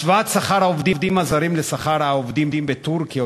השוואת שכר העובדים הזרים לשכר העובדים בטורקיה או